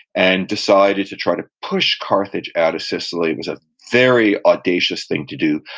and decided to try to push carthage out of sicily. it was a very audacious thing to do,